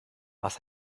was